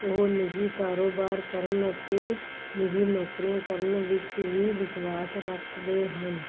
ਉਹ ਨਿਜੀ ਕਾਰੋਬਾਰ ਕਰਨ ਅਤੇ ਨਿਜੀ ਨੌਕਰੀਆਂ ਕਰਨ ਵਿੱਚ ਵੀ ਵਿਸ਼ਵਾਸ ਰੱਖਦੇ ਹਨ